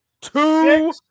Two